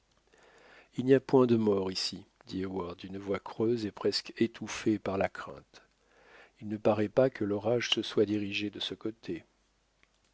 il n'y a point de morts ici dit heyward d'une voix creuse et presque étouffée par la crainte il ne paraît pas que l'orage se soit dirigé de ce côté